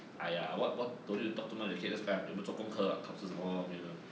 !aiya! what what don't need too talk much you can just ah 有没有做功课考试什么没有没有